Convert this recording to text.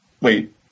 wait